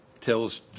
tells